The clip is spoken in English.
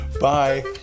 Bye